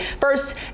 first